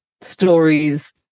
stories